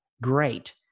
great